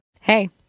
Hey